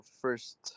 first